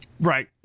Right